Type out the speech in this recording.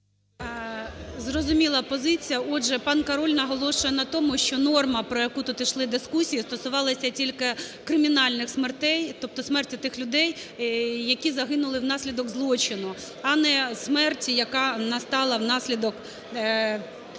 Зрозуміла позиція. Отже, пан Король наголошує на тому, що норма про яку тут ішли дискусії, стосувалася тільки кримінальних смертей, тобто смерті тих людей, які загинули внаслідок злочину, а не смерті, яка настала внаслідок ходу